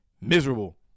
miserable